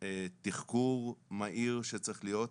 תחקור מהיר שצריך להיות,